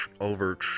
Over